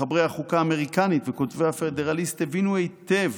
מחברי החוקה האמריקנית וכותבי הפדרליסט הבינו היטב